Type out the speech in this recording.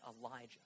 Elijah